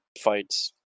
fights